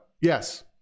yes